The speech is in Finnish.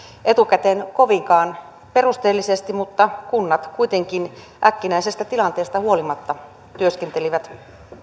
etukäteen kovinkaan perusteellisesti mutta kunnat kuitenkin äkkinäisestä tilanteesta huolimatta työskentelivät